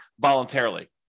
voluntarily